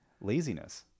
Laziness